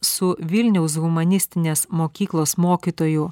su vilniaus humanistinės mokyklos mokytoju